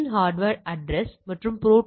005 வெளிப்படையானது சரிதானே